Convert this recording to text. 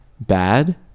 bad